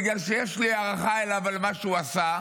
בגלל שיש לי הערכה אליו על מה שהוא עשה,